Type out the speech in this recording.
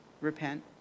repent